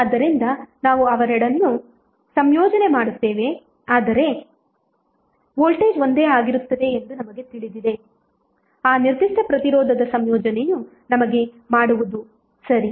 ಆದ್ದರಿಂದ ನಾವು ಅವೆರಡನ್ನೂ ಸಂಯೋಜನೆ ಮಾಡುತ್ತೇವೆ ಆದರೆ ವೋಲ್ಟೇಜ್ ಒಂದೇ ಆಗಿರುತ್ತದೆ ಎಂದು ನಮಗೆ ತಿಳಿದಿದೆ ಆ ನಿರ್ದಿಷ್ಟ ಪ್ರತಿರೋಧದ ಸಂಯೋಜನೆಯು ನಮಗೆ ಮಾಡುವುದು ಸರಿ